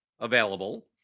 available